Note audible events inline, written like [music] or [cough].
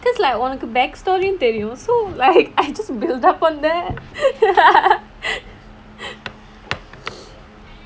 because like உனக்கு:unakku back story தெரியும்:theriyum so like I just build up on that [laughs]